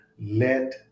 Let